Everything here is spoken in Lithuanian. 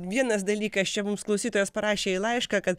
vienas dalykas čia mums klausytojas parašė laišką kad